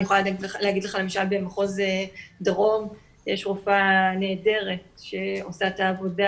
אני יכולה להגיד לך למשל במחוז דרום יש רופאה נהדרת שעושה את העבודה